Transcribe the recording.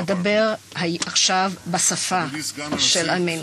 אדוני סגן הנשיא,